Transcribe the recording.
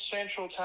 Central